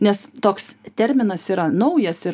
nes toks terminas yra naujas ir